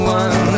one